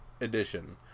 edition